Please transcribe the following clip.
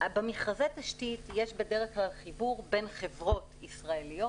במכרזי תשתית יש בדרך כלל חיבור בין חברות ישראליות